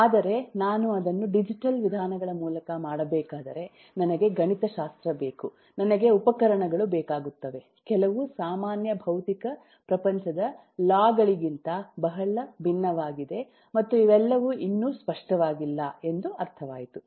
ಆದರೆ ನಾನು ಅದನ್ನು ಡಿಜಿಟಲ್ ವಿಧಾನಗಳ ಮೂಲಕ ಮಾಡಬೇಕಾದರೆ ನನಗೆ ಗಣಿತಶಾಸ್ತ್ರ ಬೇಕು ನನಗೆ ಉಪಕರಣಗಳು ಬೇಕಾಗುತ್ತವೆ ಕೆಲವು ಸಾಮಾನ್ಯ ಭೌತಿಕ ಪ್ರಪಂಚದ ಲಾ ಗಳಿಗಿಂತ ಬಹಳ ಭಿನ್ನವಾಗಿದೆ ಮತ್ತು ಇವೆಲ್ಲವೂ ಇನ್ನೂ ಸ್ಪಷ್ಟವಾಗಿಲ್ಲ ಎಂದು ಅರ್ಥವಾಯಿತು